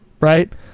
right